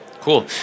Cool